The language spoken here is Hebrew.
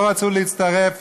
לא רצו להצטרף